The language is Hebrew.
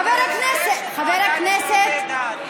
חבר הכנסת,